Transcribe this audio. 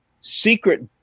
secret